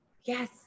yes